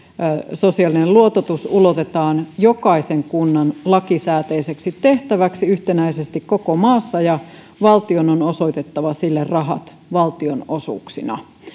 sosiaalinen luototus ulotetaan jokaisen kunnan lakisääteiseksi tehtäväksi yhtenäisesti koko maassa ja valtion on osoitettava sille rahat valtionosuuksina